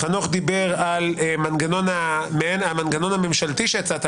חנוך דיבר על המנגנון הממשלתי שהצעת.